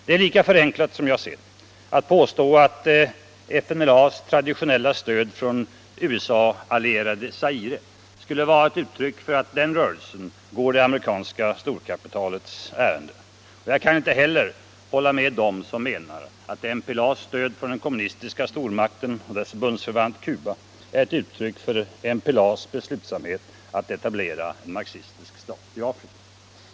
Det är lika förenklat att påstå att FNLA:s traditionella stöd från USA allierade Zaire skulle vara ett uttryck för att den rörelsen går det amerikanska storkapitalets ärenden. Och jag kan inte heller hålla med dem som menar att MPLA:s stöd från den kommunistiska stormakten och dess bundsförvant Cuba är ett uttryck för MPLA:s beslutsamhet att etablera en marxistisk stat i Afrika.